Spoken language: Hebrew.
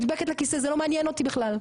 לא נדבקת לכיסא זה לא מעניין אותי בכלל,